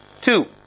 two